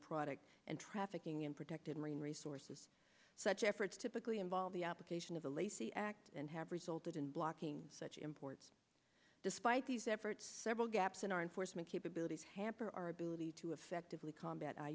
products and trafficking in protected marine resources such efforts typically involve the application of the lacy act and have resulted in blocking such imports despite these efforts several gaps in our enforcement capabilities hamper our ability to effectively combat